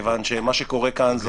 כי מה שקורה כאן זה